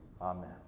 Amen